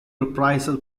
reprisal